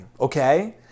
okay